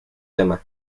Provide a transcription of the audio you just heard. tema